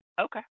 Okay